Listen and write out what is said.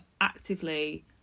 actively